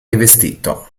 rivestito